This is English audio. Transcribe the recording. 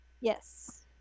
Yes